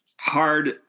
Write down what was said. hard